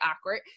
awkward